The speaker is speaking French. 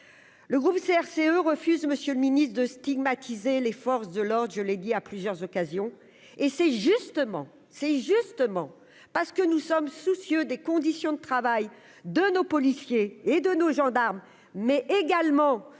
le groupe CRCE refuse, monsieur le ministre, de stigmatiser les forces de l'ordre, je l'ai dit à plusieurs occasions, et c'est justement, c'est justement parce que nous sommes soucieux des conditions de travail de nos policiers et de nos gendarmes mais également